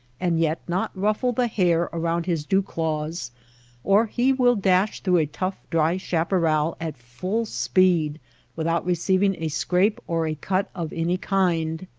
and yet not ruffle the hair around his dew claws or he will dash through a tough dry chaparral at full speed without receiving a scrape or a cut of any kind.